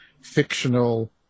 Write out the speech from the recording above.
fictional